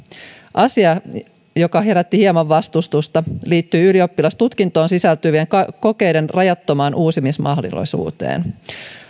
asia joka herätti hieman vastustusta liittyy ylioppilastutkintoon sisältyvien kokeiden rajattomaan uusimismahdollisuuteen